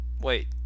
Wait